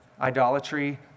Idolatry